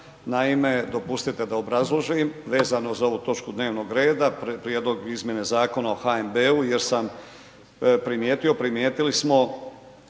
naime dopustite da obrazložim vezano uz ovu točku dnevnog reda, prijedlog izmjene Zakona o HNB-u jer sam primijetio, primijetili smo